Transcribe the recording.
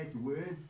words